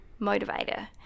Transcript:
motivator